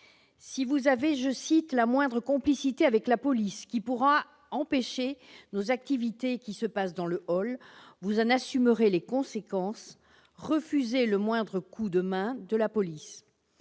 Si vous avez- je cite -la moindre complicité avec la police qui pourra empêcher nos activités qui se passent dans le hall, vous en assumerez les conséquences. Refusez le moindre coup de main de la police ».